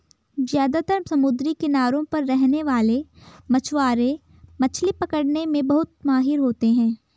ज्यादातर समुद्री किनारों पर रहने वाले मछवारे मछली पकने में बहुत माहिर होते है